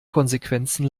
konsequenzen